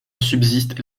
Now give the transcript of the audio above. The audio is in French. subsiste